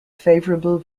favorable